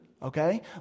okay